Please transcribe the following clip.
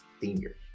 Senior